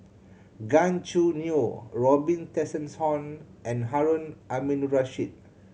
Gan Choo Neo Robin Tessensohn and Harun Aminurrashid